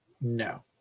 No